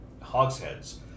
hogsheads